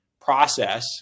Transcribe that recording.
process